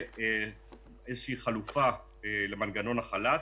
איזושהי חלופה למנגנון החל"ת.